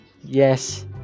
yes